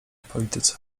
polityce